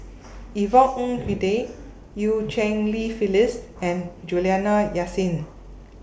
Yvonne Ng Uhde EU Cheng Li Phyllis and Juliana Yasin